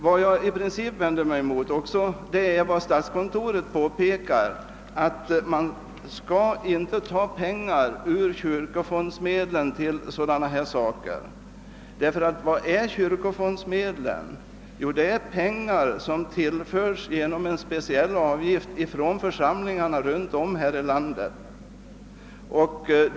Vad jag i princip också vänder mig emot är statskontorets påpekande att man inte skall ta pengar ur kyrkofondsmedlen till ändamål som detta. Ty vad är kyrkofondsmedlen? Jo, det är pengar som tillförts genom en speciell avgift från församlingarna runt om här i landet.